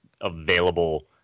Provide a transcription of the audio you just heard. available